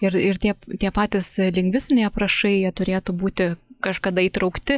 ir ir tiep tie patys lingvistiniai aprašai jie turėtų būti kažkada įtraukti